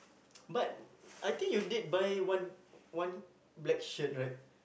but I think you did buy one one black shirt right